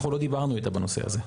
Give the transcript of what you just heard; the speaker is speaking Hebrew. אנחנו לא דיברנו איתה בנושא הזה.